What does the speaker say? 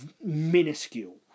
minuscule